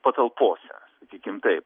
patalpose sakykim taip